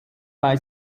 bei